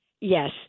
Yes